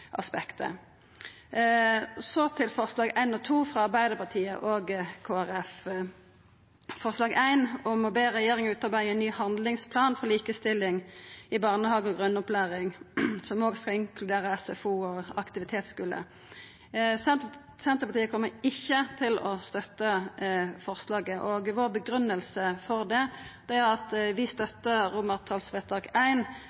Så til forslaga nr. 1 og 2, frå Arbeidarpartiet og Kristeleg Folkeparti. Når det gjeld forslag nr. 1, om å be regjeringa utarbeida ein ny handlingsplan for likestilling i barnehage og grunnopplæring, som òg skal inkludera SFO og aktivitetsskule, kjem Senterpartiet ikkje til å støtta det. Vår grunngiving for det er at vi